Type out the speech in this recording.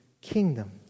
kingdom